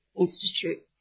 Institute